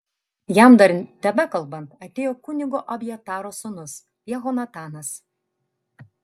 jam dar tebekalbant atėjo kunigo abjataro sūnus jehonatanas